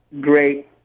great